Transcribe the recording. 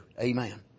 Amen